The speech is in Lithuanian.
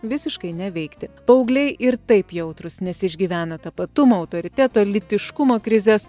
visiškai neveikti paaugliai ir taip jautrūs nes išgyvena tapatumo autoriteto lytiškumo krizes